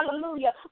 Hallelujah